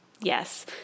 Yes